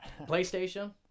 PlayStation